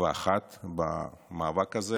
ואחת במאבק הזה